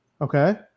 okay